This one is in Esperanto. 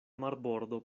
marbordo